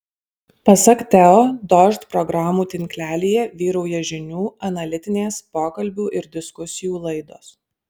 pasak teo dožd programų tinklelyje vyrauja žinių analitinės pokalbių ir diskusijų laidos